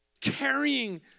Carrying